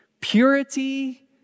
purity